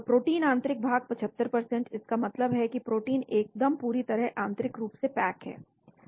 protein आंतरिक भाग 75 इसका मतलब है कि प्रोटीन एक दम पूरी तरह आंतरिक रूप से पैक हैं